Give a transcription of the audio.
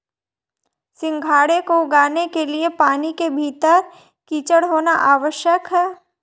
सिंघाड़े को उगाने के लिए पानी के भीतर कीचड़ होना आवश्यक है